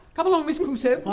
come along miss crusoe,